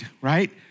right